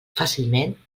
fàcilment